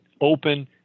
open